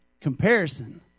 Comparison